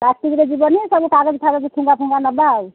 ପ୍ଲାଷ୍ଟିକ୍ର ଯିବନି ସବୁ କାଗଜ ଫାଗଜ ଠୁଙ୍ଗା ଫୁଂଗା ନେବା ଆଉ